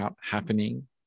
happening